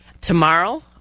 Tomorrow